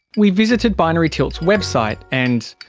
we visited binary tilt's website and,